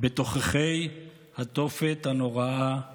בתוככי התופת הנוראה ההיא.